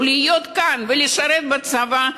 או להיות כאן ולשרת בצבא,